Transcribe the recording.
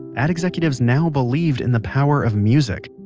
ad executives now believed in the power of music.